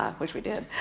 which we did.